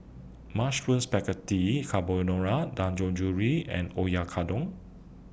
Mushroom Spaghetti Carbonara Dangojiru and Oyakodon